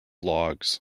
logs